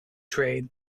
trade